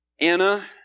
Anna